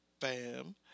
bam